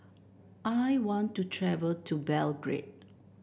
I want to travel to Belgrade